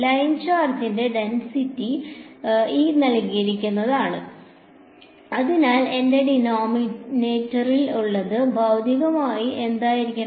line charge density ശരിയാണ് അതിനാൽ എന്റെ ഡിനോമിനേറ്ററിൽ ഉള്ളത് ഭൌതികമായി എന്തായിരിക്കണം